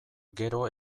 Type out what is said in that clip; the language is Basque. gero